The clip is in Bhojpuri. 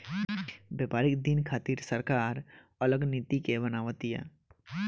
व्यापारिक दिन खातिर सरकार अलग नीति के बनाव तिया